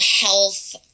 health